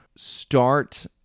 start